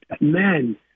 man